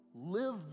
Live